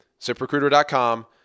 ZipRecruiter.com